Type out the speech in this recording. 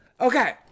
Okay